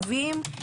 צווים,